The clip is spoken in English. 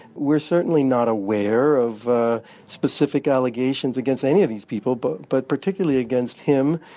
we're certainly not aware of specific allegations against any of these people, but but particularly against him.